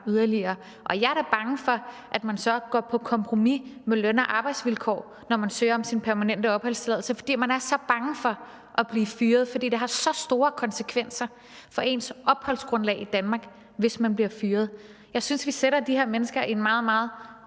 Og jeg er da bange for, at man så går på kompromis med løn- og arbejdsvilkår, når man søger om sin permanente opholdstilladelse, fordi man er så bange for at blive fyret, fordi det har så store konsekvenser for ens opholdsgrundlag i Danmark, hvis man bliver fyret. Jeg synes, vi sætter de her mennesker i en meget, meget